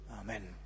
Amen